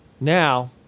now